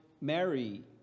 Mary